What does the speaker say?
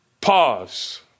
Pause